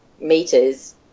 meters